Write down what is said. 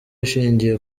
ishingiye